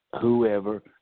whoever